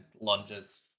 lunges